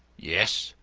yes,